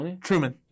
Truman